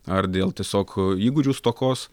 ar dėl tiesiog įgūdžių stokos